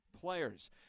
players